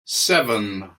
seven